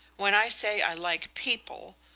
when i say i like people,